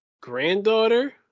granddaughter